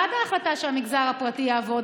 אני בעד ההחלטה שהמגזר הפרטי יעבוד,